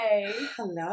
Hello